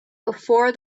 before